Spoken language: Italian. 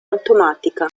automatica